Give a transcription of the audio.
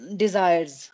desires